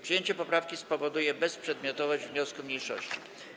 Przyjęcie poprawki spowoduje bezprzedmiotowość wniosku mniejszości.